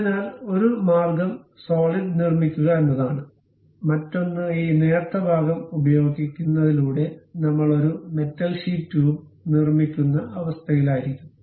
അതിനാൽ ഒരു മാർഗം സോളിഡ് നിർമ്മിക്കുക എന്നതാണ് മറ്റൊന്ന് ഈ നേർത്ത ഭാഗം ഉപയോഗിക്കുന്നതിലൂടെ നമ്മൾ ഒരു മെറ്റൽ ഷീറ്റ് ട്യൂബ് നിർമ്മിക്കുന്ന അവസ്ഥയിലായിരിക്കും